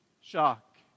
shock